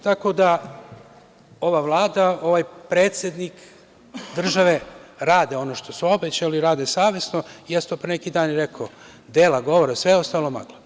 Tako da, ova Vlada, ovaj predsednik države rade ono što su obećali, rade savesno, ja sam to pre neki dan i rekao, dela govore, sve ostalo je magla.